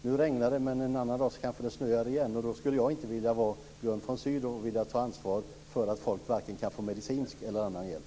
Nu regnar det, men en annan dag kanske det snöar igen. Då vill jag inte vara Björn von Sydow och behöva ta ansvar för att folk varken kan få medicinsk eller annan hjälp.